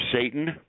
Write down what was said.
Satan